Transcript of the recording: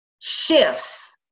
shifts